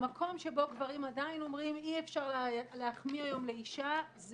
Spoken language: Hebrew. המקום שבו גברים עדיין אומרים אי אפשר להחמיא היום לאישה זה